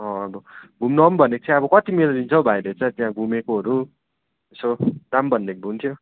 अँ अब घुम्न आउँ भनेको थिएँ अब कति मेरो लिन्छ हो भाइले चाहिँ त्यहाँ घुमेकोहरू यसो दाम भनिदिएको भए हुन्थ्यो